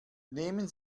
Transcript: nehmen